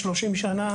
האלה.